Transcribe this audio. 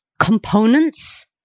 components